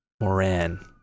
Moran